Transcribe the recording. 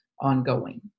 ongoing